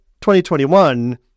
2021